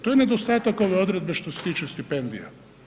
To je nedostatak ove odredbe što se tiče stipendija.